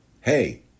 Hey